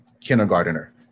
kindergartner